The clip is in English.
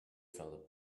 felt